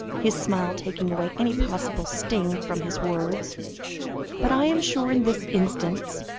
his smile taking away any possible sting from his words but i am sure in this instance,